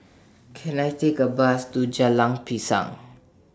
Can I Take A Bus to Jalan Pisang